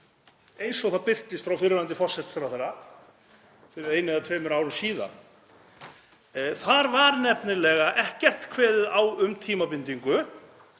eins og það birtist frá fyrrverandi forsætisráðherra fyrir einu eða tveimur árum síðan. Þar var nefnilega ekkert kveðið á um tímabindingu